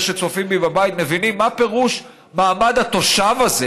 שצופים בי בבית מבינים מה פירוש מעמד התושב הזה,